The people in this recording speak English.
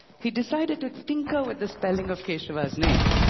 he decided to tinker with the spelling of keshava's name.